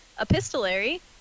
epistolary